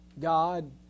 God